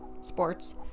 sports